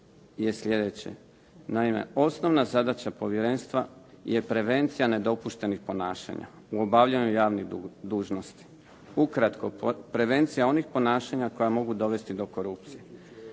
Naime, osnovna zadaća povjerenstva je prevencija nedopuštenih ponašanja u obavljanju javnih dužnosti. Ukratko. Prevencija onih ponašanja koja mogu dovesti do korupcije.